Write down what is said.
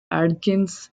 adkins